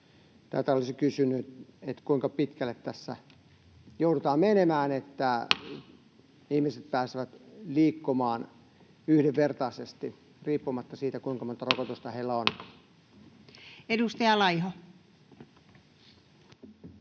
Elikkä olisin kysynyt: kuinka pitkälle tässä joudutaan menemään, kunnes ihmiset pääsevät liikkumaan yhdenvertaisesti riippumatta siitä, kuinka monta rokotusta heillä on? [Speech